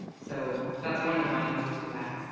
so that's one of my answers to that,